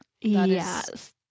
Yes